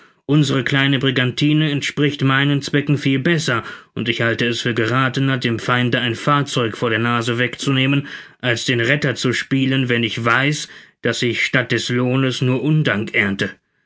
unsere kleine brigantine entspricht meinen zwecken viel besser und ich halte es für gerathener dem feinde ein fahrzeug vor der nase wegzunehmen als den retter zu spielen wenn ich weiß daß ich statt des lohnes nur undank ernte